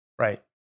Right